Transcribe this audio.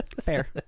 Fair